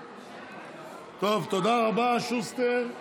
תודה רבה, שוסטר.